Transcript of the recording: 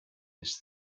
this